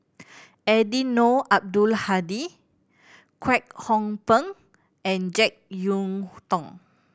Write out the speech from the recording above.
Eddino Abdul Hadi Kwek Hong Png and Jek Yeun Thong